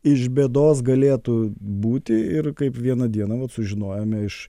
iš bėdos galėtų būti ir kaip vieną dieną vat sužinojome iš